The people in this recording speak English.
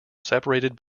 separated